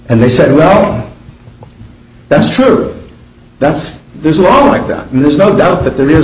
and they said well that's true that's there's a law like that and there's no doubt that there is